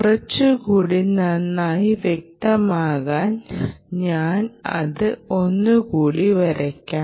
കുറച്ചു കൂടി നന്നായി വ്യക്തമാകാൻ ഞാൻ അത് ഒന്നു കൂടി വരയ്ക്കാം